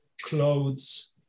clothes